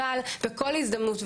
אבל בכל הזדמנות,